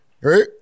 Right